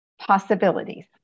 possibilities